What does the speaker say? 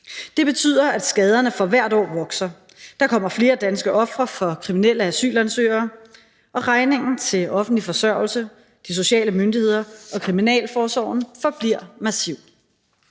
Det betyder, at skaderne for hvert år vokser. Der kommer flere danske ofre for kriminelle asylansøgere, og regningen til offentlig forsørgelse, de sociale myndigheder og kriminalforsorgen forbliver massiv.